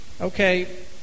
okay